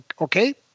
okay